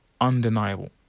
undeniable